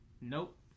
Nope